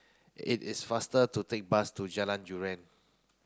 it is faster to take bus to Jalan durian